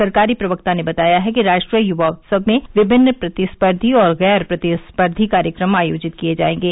सरकारी प्रवक्ता ने बताया है कि राष्ट्रीय युवा उत्सव में विभिन्न प्रतिस्पर्धी और गैर प्रतिस्पर्धी कार्यक्रम आयोजित किए जायेंगे